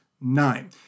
nine